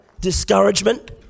discouragement